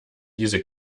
diese